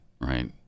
right